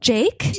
Jake